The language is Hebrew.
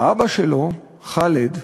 האבא שלו, ח'אלד,